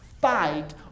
fight